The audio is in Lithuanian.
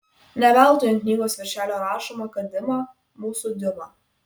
ne veltui ant knygos virželio rašoma kad dima mūsų diuma